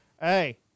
hey